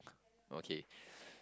oh okay